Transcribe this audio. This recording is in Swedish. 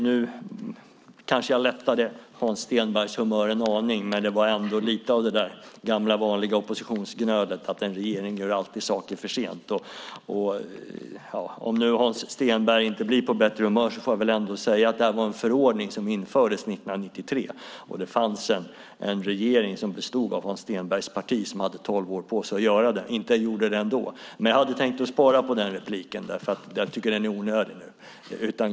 Nu kanske jag lättade Hans Stenbergs humör en aning, men det var ändå lite av det där gamla vanliga oppositionsgnölet att regeringen alltid gör saker för sent. Om nu Hans Stenberg inte blir på bättre humör får jag väl ändå säga att det här var en förordning som infördes 1993. Då hade vi en regering som bestod av Hans Stenbergs parti, som hade tolv år på sig att göra det men inte gjorde det ändå. Men jag hade tänkt spara på den repliken, för jag tycker att den är onödig nu.